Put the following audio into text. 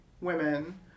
women